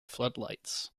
floodlights